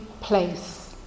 place